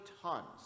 tons